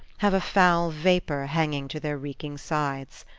have a foul vapor hanging to their reeking sides.